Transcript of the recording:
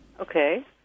Okay